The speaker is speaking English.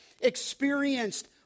experienced